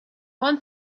want